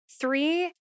three